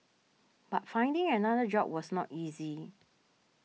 but finding another job was not easy